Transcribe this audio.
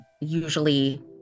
usually